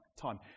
time